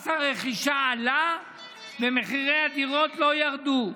מס הרכישה עלה ומחירי הדירות לא ירדו.